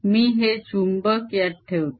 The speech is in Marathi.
मी हे चुंबक यात ठेवतो